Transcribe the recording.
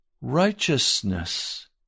righteousness